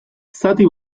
zati